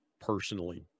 personally